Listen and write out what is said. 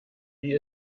wie